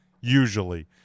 usually